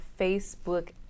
Facebook